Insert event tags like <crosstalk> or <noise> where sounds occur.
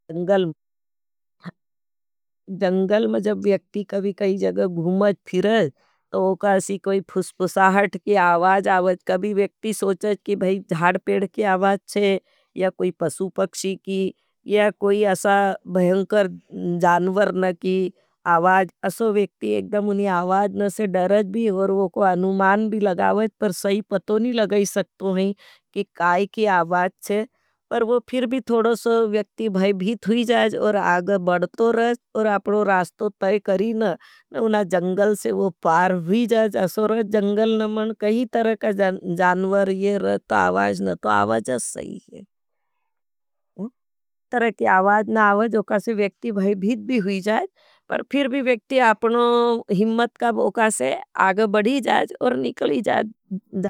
<hesitation> जंगल में जब व्यक्ति कभी कई जगह घूमाज फिरज। तो ओकासी कोई फुस्पुसाहट की आवाज आवज। कभी व्यक्ति सोचज की भाई ज्ञाड पेड की आवाज चे। या कोई पसुपक्षी की, या कोई असा भेहंकर जान्वर न की आवाज। असो व्यक्ति एकडम उन की आवाज न से डरज भी, और वो कोई अनुमान भी लगावज, पर सही पतो नी लगई सकतो हैं। की काई की आवाज चे, पर वो फिर भी पर थोड़ोस व्यक्ति भै भीत हुई जाज, और आग बढ़तो रह। और अपनो रास्तो तय करीन, न उना जंगल से वो पार हुई जाज जसवर, जंगल न मन। कही तरह का जानवर ये रहता आवाज न तो आवाज अस्थाई हैं की तरह की आवाज न आवाज। वो कासे व्यक्ति भै भीत भी हुई जाज, पर फिर भी व्यक्ति अपनो हिम्मत का वो कासे आग बढ़ी जाज, और निकली जाज।